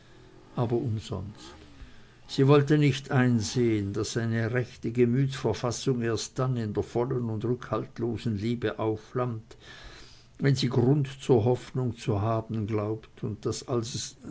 aber umsonst sie wollte nicht einsehen daß eine rechte gemütsverfassung erst dann in der vollen und rückhaltlosen liebe aufflammt wenn sie grund zur hoffnung zu haben glaubt und daß